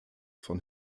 von